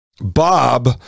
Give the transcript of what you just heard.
Bob